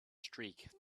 streak